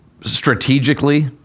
strategically